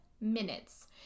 minutes